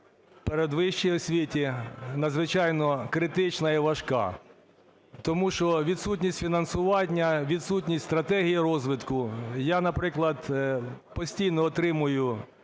передвищій освіті, надзвичайно критична і важка. Тому що відсутність фінансування, відсутність стратегій розвитку… Я, наприклад, постійно отримую